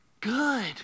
good